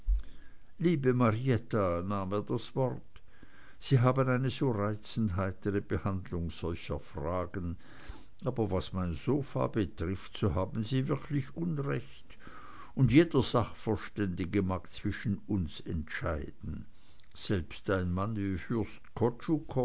liebe marietta nahm er das wort sie haben eine so reizend heitere behandlung solcher fragen aber was mein sofa betrifft so haben sie wirklich unrecht und jeder sachverständige mag zwischen uns entscheiden selbst ein mann wie